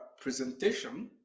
presentation